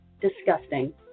disgusting